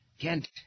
Kent